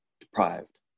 deprived